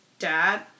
dad